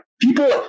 people